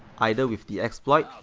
either with the exploit,